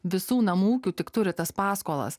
visų namų ūkių tik turi tas paskolas